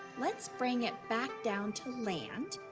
let's bring it back down to land.